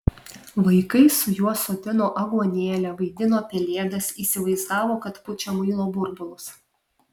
vaikai su juo sodino aguonėlę vaidino pelėdas įsivaizdavo kad pučia muilo burbulus